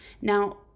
Now